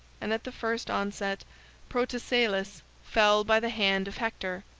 and at the first onset protesilaus fell by the hand of hector.